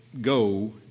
Go